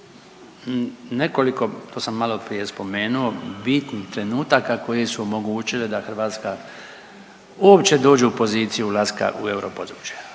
nekoliko, to sam maloprije spomenuo, bitnih trenutaka koji su omogućile da Hrvatska uopće dođe u poziciju ulaska u europodručje,